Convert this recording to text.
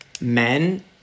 men